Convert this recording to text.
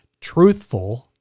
truthful